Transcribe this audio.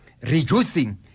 reducing